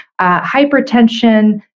hypertension